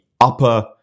upper